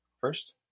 first